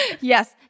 Yes